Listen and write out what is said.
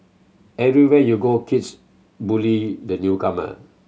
everywhere you go kids bully the newcomer